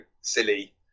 silly